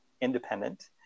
independent